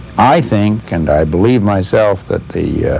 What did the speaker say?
i think, and i believe myself, that the